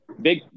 Big